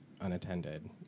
unattended